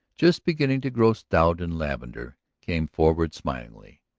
just beginning to grow stout in lavendar, came forward smilingly.